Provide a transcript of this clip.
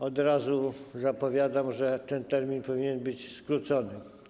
Od razu zapowiadam, że ten termin powinien być skrócony.